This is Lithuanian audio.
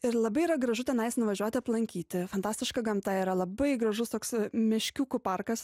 ir labai yra gražu tenais nuvažiuoti aplankyti fantastiška gamta yra labai gražus toks meškiukų parkas